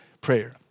prayer